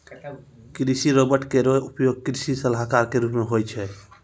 कृषि रोबोट केरो उपयोग कृषि सलाहकार क रूप मे होय छै